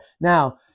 now